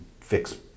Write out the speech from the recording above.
fix